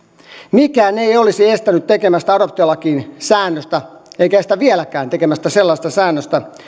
mikään ei olisi estänyt tekemästä adoptiolakiin säännöstä eikä estä vieläkään tekemästä sellaista säännöstä